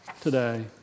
today